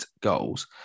goals